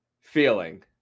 feeling